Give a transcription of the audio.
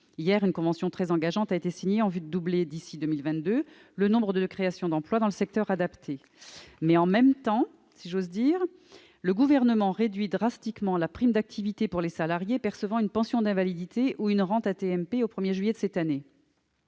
Hier, une convention très engageante a été signée en vue de doubler d'ici à 2022 le nombre de créations d'emplois dans le secteur adapté. Mais, en même temps, si j'ose dire, le Gouvernement réduit drastiquement la prime d'activité pour les salariés percevant une pension d'invalidité ou une rente accident du